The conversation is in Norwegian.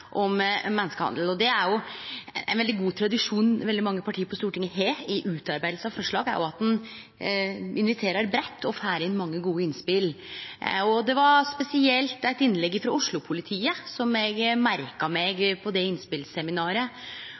om menneskehandel. Det er ein veldig god tradisjon mange parti på Stortinget har ved utarbeiding av forslag – at ein inviterer breitt og får inn mange gode innspel. Det var spesielt eit innlegg frå Oslo-politiet eg merka meg på det innspelsseminaret.